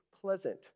pleasant